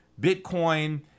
Bitcoin